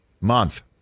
Month